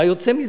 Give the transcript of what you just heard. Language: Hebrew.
מה יוצא מזה?